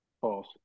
False